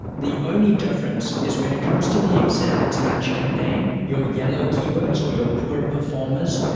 the only difference is when it comes to the exact match campaign, your yellow keywords or your poor performers,